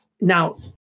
Now